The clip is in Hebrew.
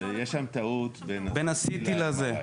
יש שם טעות בין ה-CT ל-MRI.